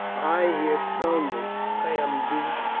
ay, he has thrown me. i am beat.